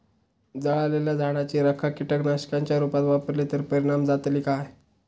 जळालेल्या झाडाची रखा कीटकनाशकांच्या रुपात वापरली तर परिणाम जातली काय?